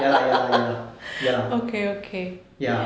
ya lah ya lah ya lah ya ya